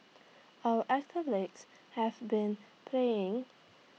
our athletes have been playing